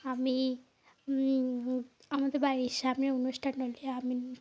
আমি আমি আমাদের বাড়ির সামনে অনুষ্ঠান ওঠে আমি